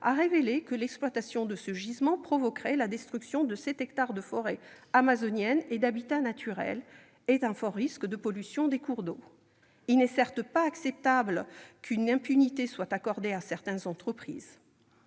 a révélé que l'exploitation de ce gisement provoquerait la destruction de sept hectares de forêt amazonienne et d'habitats naturels, ainsi qu'un fort risque de pollution des cours d'eau. Il n'est, certes, pas acceptable qu'une impunité soit accordée à certaines entreprises.